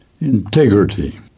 Integrity